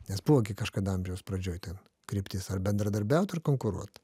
nes buvo gi kažkada amžiaus pradžioj ten kryptis ar bendradarbiaut ar konkuruot